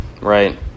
Right